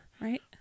right